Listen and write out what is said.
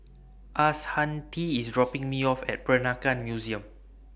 Ashanti IS dropping Me off At Peranakan Museum